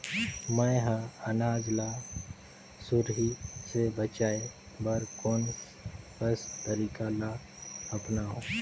मैं ह अनाज ला सुरही से बचाये बर कोन कस तरीका ला अपनाव?